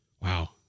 Wow